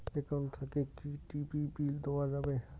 Account থাকি কি TV bill দেওয়া যাবে?